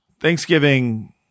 Thanksgiving